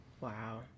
wow